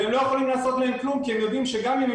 והם לא יכולים לעשות להם כלום כי הם יודעים שגם אם הם